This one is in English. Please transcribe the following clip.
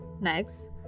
Next